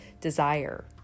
desire